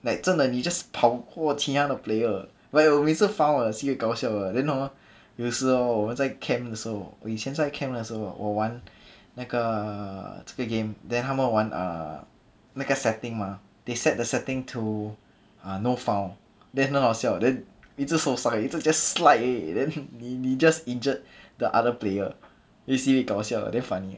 like 真的你 just 跑过其他的 player like 我每次 foul 的 sibeh 搞笑的 then hor 有时 hor 我们在 camp 的时候我以前在 camp 的时候我玩那个这个 game then 他们玩 err 那个 setting mah they set the setting to no foul then 很好笑 then 一直受伤一直 just slide 而已 then 你你 just injured the other player sibeh 搞笑的 damn funny ah